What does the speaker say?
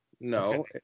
no